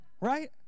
right